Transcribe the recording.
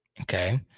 Okay